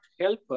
help